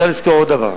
צריך לזכור עוד דבר,